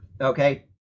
okay